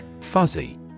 Fuzzy